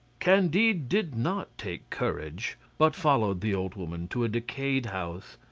candide did not take courage, but followed the old woman to a decayed house,